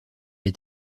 est